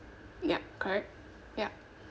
ya correct ya